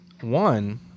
One